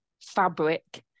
fabric